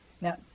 Now